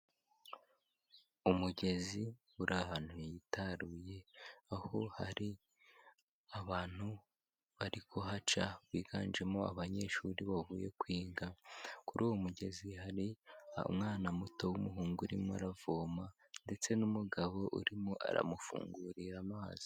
Umugezi uri ahantu hitaruye, aho hari abantu bari kuhaca biganjemo abanyeshuri bavuye kwiga, kuri uwo mugezi hari umwana muto w'umuhungu urimo aravoma ndetse n'umugabo urimo aramufungurira amazi.